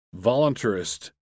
voluntarist